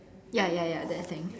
ya ya ya that thing